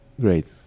Great